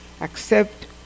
Accept